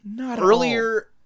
earlier